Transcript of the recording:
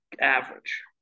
Average